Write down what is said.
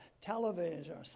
television